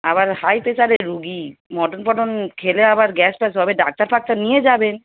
আবার হাই প্রেশারের রুগী মটন ফটন খেলে আবার গ্যাস ট্যাস হবে ডাক্তার ফাক্তার নিয়ে যাবেন